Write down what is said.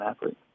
athlete